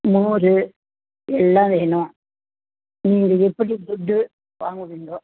மோர் எல்லாம் வேணும் நீங்கள் எப்படி ஃபுட்டு வாங்குவீங்கே